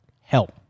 help